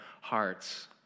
hearts